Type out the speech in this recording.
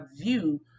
view